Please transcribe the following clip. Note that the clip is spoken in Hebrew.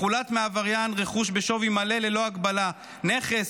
יחולט מהעבריין רכוש בשווי מלא ללא הגבלה: נכס,